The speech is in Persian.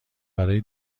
برای